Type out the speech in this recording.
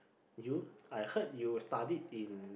you I heard you studied in